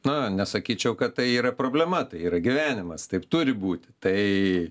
na nesakyčiau kad tai yra problema tai yra gyvenimas taip turi būti tai